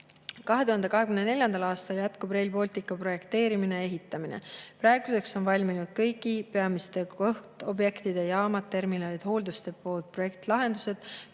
2024. aastal jätkub Rail Balticu projekteerimine ja ehitamine. Praeguseks on valminud kõigi peamiste kohtobjektide – jaamad, terminalid, hooldusdepood – projektlahendused.